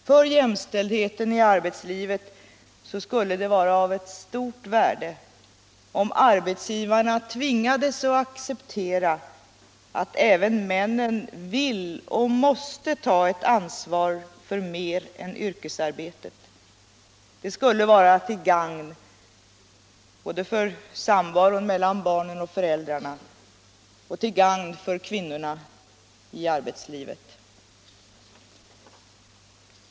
För jämställdheten i arbetslivet skulle det vara av stort värde om arbetsgivaren tvingades acceptera att även männen vill och måste ta ett ansvar för mer än yrkesarbetet. Det skulle vara till gagn för samvaron mellan barnen och föräldrarna och till gagn för kvinnorna i arbetslivet.